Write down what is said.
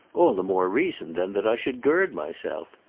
all the more reason then that i should gird myself.